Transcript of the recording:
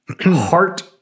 heart